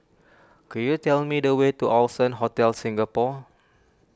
could you tell me the way to Allson Hotel Singapore